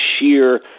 sheer